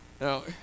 Now